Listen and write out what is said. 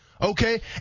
okay